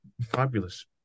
fabulous